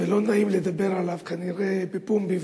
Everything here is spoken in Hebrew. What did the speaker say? ולא נעים לדבר עליו כנראה בפומבי,